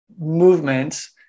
movements